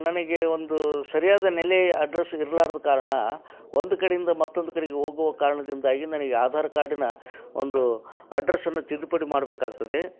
ನನಗೆ ಒಂದು ಸರಿಯಾದ ನೆಲೆ ಅಡ್ರಸ್ ಇರಲಾರ್ದ ಕಾರಣ ಒಂದು ಕಡೆಂದ ಮತ್ತೊಂದು ಕಡೆಗ್ ಹೋಗುವ ಕಾರಣದಿಂದಾಗಿ ನನಗೆ ಆಧಾರ್ ಕಾರ್ಡಿನ ಒಂದು ಅಡ್ರೆಸ್ಸನ್ನು ತಿದ್ದುಪಡಿ ಮಾಡಬೇಕಾಗ್ತದೆ